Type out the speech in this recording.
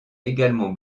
également